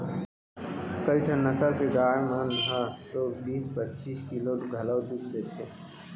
कइठन नसल के गाय मन ह तो बीस पच्चीस किलो घलौ दूद देथे